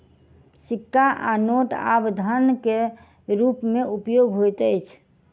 सिक्का आ नोट आब धन के रूप में उपयोग होइत अछि